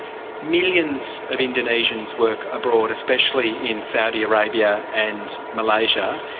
millions of indonesians work abroad, especially in saudi arabia and malaysia,